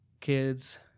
kids